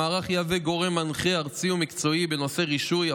המערך יהווה גורם מנחה ארצי ומקצועי בנושאי רישוי,